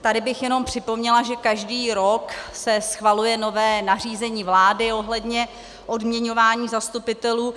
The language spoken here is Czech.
Tady bych jenom připomněla, že každý rok se schvaluje nové nařízení vlády ohledně odměňování zastupitelů.